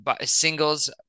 singles